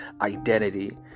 identity